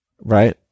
Right